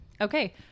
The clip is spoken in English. Okay